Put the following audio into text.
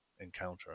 encounter